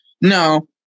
No